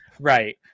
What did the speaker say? right